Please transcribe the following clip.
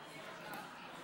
ההצעה